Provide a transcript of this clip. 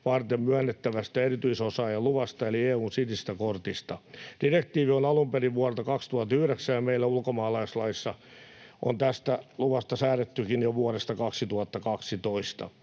varten myönnettävästä erityisosaajaluvasta eli EU:n sinisestä kortista. Direktiivi on alun perin vuodelta 2009, ja meillä ulkomaalaislaissa on tästä luvasta säädettykin jo vuodesta 2012.